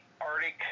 Arctic